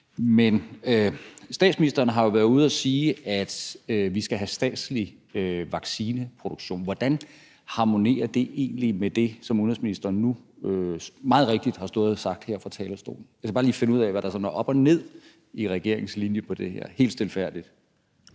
men statsministeren har været ude at sige, at vi skal have statslig vaccineproduktion. Hvordan harmonerer det egentlig med det, som udenrigsministeren nu meget rigtigt har stået og sagt her fra talerstolen? Jeg skal bare lige helt stilfærdigt finde ud af, hvad der sådan er op og ned i regeringens linje på det her. Kl. 13:13 Første